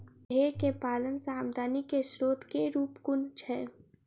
भेंर केँ पालन सँ आमदनी केँ स्रोत केँ रूप कुन छैय?